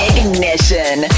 Ignition